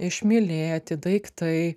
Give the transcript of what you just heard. išmylėti daiktai